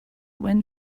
wind